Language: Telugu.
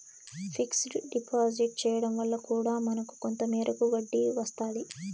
ఫిక్స్డ్ డిపాజిట్ చేయడం వల్ల కూడా మనకు కొంత మేరకు వడ్డీ వస్తాది